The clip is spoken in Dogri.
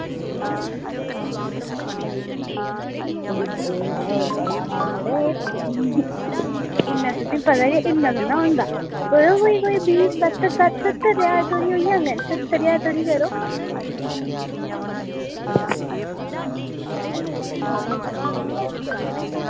ओह् दिक्खो मड़ो बड़ा तां मड़ो इन्ना तुसेंगी पता गै मड़ो इन्ना थोह्ड़े होंदा प्लीज़ सत्तर सत्तर ज्हार तगर होई जाङन सत्तर ज्हार धोड़ी करो